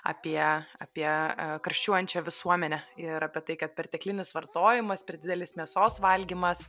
apie apie karščiuojančią visuomenę ir apie tai kad perteklinis vartojimas per didelis mėsos valgymas